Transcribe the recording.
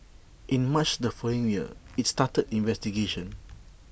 in March the following year IT started investigations